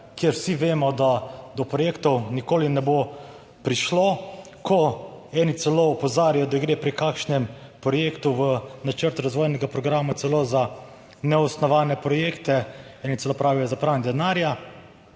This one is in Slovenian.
kjer vsi vemo, da do projektov nikoli ne bo prišlo, ko eni celo opozarjajo, da gre pri kakšnem projektu v načrtu razvojnega programa celo za neosnovane projekte, eni celo pravijo za pranje denarja,